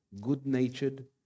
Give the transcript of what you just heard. good-natured